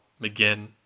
McGinn